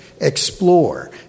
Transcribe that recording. explore